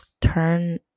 turn